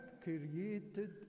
created